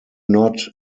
not